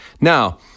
Now